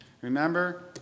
Remember